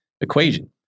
equation